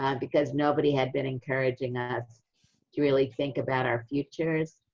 ah because nobody had been encouraging us to really think about our futures.